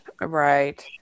Right